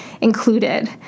included